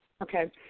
Okay